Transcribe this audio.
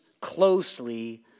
closely